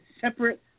separate